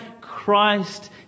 Christ